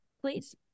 Please